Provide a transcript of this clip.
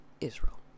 Israel